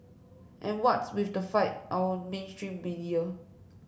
and what's with the fight on mainstream media